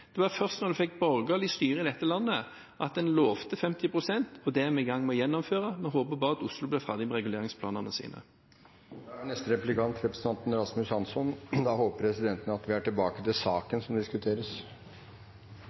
Det var først da man fikk borgerlig styre i dette landet at man lovte 50 pst., og det er vi i gang med å gjennomføre. Vi håper bare at Oslo blir ferdig med reguleringsplanene sine. Neste replikk kommer fra representanten Rasmus Hansson, og da håper presidenten at vi er tilbake